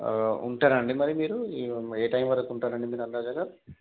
ఉంటారాండి మరి మీరు ఏ టైం వరకు ఉంటారండి మీరు